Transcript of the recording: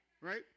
Right